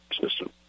system